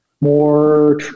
more